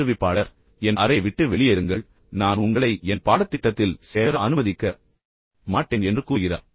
பயிற்றுவிப்பாளர் என் அறையை விட்டு வெளியேறுங்கள் நான் உங்களை என் பாடத்திட்டத்தில் சேர அனுமதிக்க மாட்டேன் என்று கூறுகிறார்